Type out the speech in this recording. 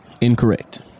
Incorrect